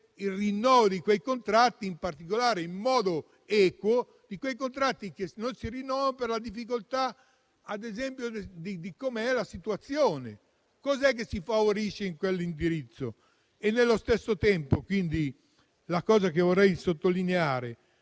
il rinnovo di quei contratti, in particolare in modo equo, che non si rinnovano per la difficoltà della situazione. Cos'è che si favorisce in quell'indirizzo? Nello stesso tempo, la cosa che vorrei sottolineare